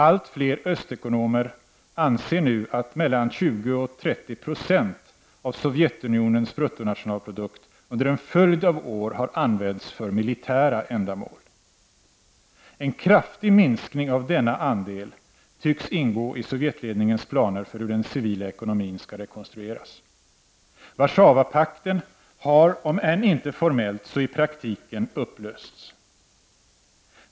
Allt fler östekonomer anser nu att mellan 20 och 30 90 av Sovjetunionens BNP under en följd av år har använts för militära ändamål. En kraftig minskning av denna andel tycks ingå i Sovjetledningens planer för hur den civila ekonomin skall rekonstrueras. Warszawapakten har, om än inte formellt så i praktiken, upplösts.